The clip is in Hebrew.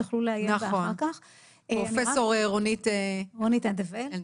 פרופ' רונית אנדוולט.